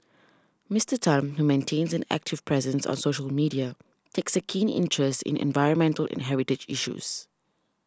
Mister Tan who maintains an active presence on social media takes a keen interest in environmental and heritage issues